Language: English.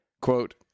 quote